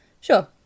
Sure